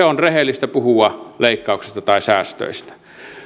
on rehellistä puhua leikkauksista tai säästöistä